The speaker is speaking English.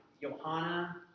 Johanna